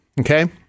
Okay